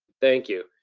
thank you,